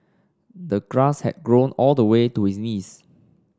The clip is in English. the grass had grown all the way to his knees